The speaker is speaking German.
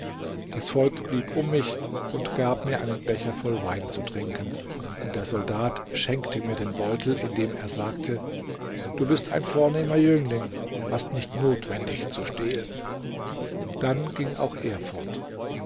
das volk blieb um mich und gab mir einen becher voll wein zu trinken und der soldat schenkte mir den beutel indem er sagte du bist ein vornehmer jüngling hast nicht notwendig zu stehlen dann ging auch